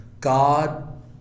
God